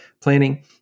planning